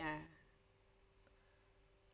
ya